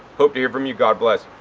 hope to hear from you. god bless.